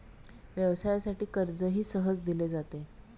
व्यवसायासाठी कर्जही सहज दिले जाते